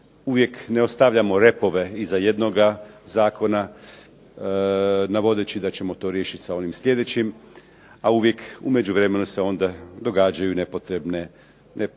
uvijek ne ostavljamo repove iza jednoga zakona navodeći da ćemo to riješit sa onim sljedećim, a uvijek u međuvremenu se onda događaju nepotrebne situacije.